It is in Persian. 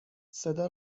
صدا